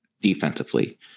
defensively